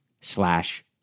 slash